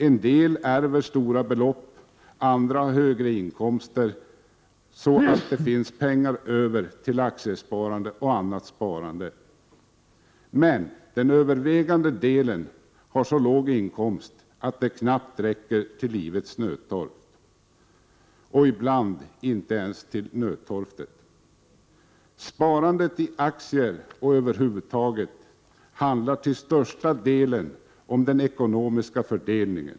En del ärver stora belopp, andra har högre inkomst så att det finns pengar över till aktiesparande och annat sparande. Men den övervägande delen har en så låg inkomst att den med knapphet räcker till livets nödtorft, och ibland inte ens till det. Sparandet i aktier och sparandet över huvud taget handlar till största delen om ekonomisk fördelning.